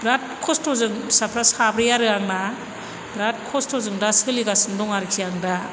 बिराद खस्थ'जों फिसाफ्रा साब्रै आरो आंना बिराद खस्थ'जों दा सोलिगासिनो दं आरोखि आं दा